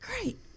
great